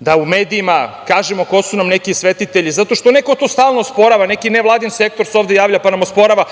da u medijima kažemo ko su nam neki svetitelji, zato što neko to stalno osporava. Neki nevladin sektor se ovde javlja, pa nam osporava